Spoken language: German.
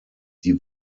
die